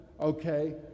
Okay